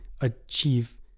achieve